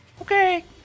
Okay